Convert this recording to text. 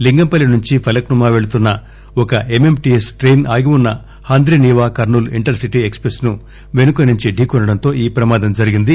లింగంపల్లి నుంచి ఫలక్ నుమా పెళ్తున్న ఒక ఎంఎంటీఎస్ ట్రెయిన్ ఆగిఉన్న Handrineeva Kurnool inter city express ను వెనుక నుంచి ఢీకొనడంతో ఈ ప్రమాదం జరిగింది